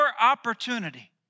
opportunity